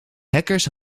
hackers